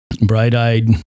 bright-eyed